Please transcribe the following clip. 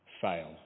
fail